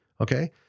Okay